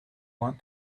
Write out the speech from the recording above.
want